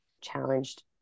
challenged